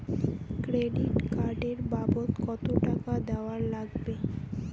Credit card এর বাবদ কতো টাকা দেওয়া লাগবে?